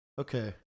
Okay